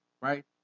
right